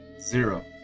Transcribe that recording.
Zero